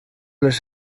les